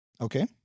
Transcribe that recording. Okay